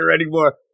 anymore